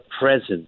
presence